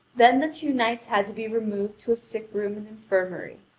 then the two knights had to be removed to a sick-room and infirmary,